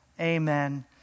Amen